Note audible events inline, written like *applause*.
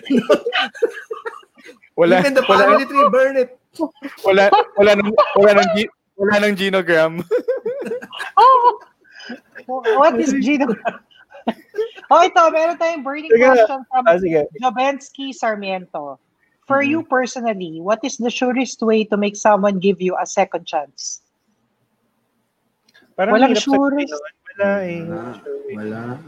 Even *laughs* Wala- the *laughs* wala- family tree, burn it. *laughs* Wala- wala nang- wala nang gi- wala nang genogram. *laughs* Oh! What is genogram? *laughs* Oh, ito, meron tayong burning Sige. question from Ah, sige. Javensky Sarmiento. For you Mhm. personally, what is the surest way to make someone give you a second chance? Parang Walang hirap sabihin, surest. no? Wala eh. Wala. Surest- Wala.